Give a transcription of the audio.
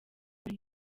buri